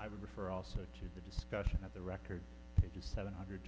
i would refer also to the discussion of the record to seven hundred